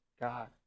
God